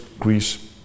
Greece